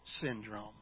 syndrome